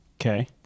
Okay